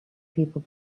people